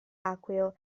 acqueo